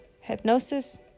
hypnosis